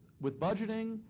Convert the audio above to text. with budgeting,